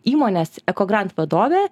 įmonės ekogrant vadovė